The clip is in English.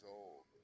old